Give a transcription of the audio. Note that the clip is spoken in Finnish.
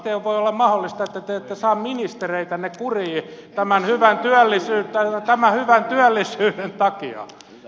miten voi olla mahdollista että te ette saa ministereitänne kuriin tämän hyvän työllisyyden takia